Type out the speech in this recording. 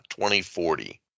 2040